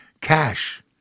cash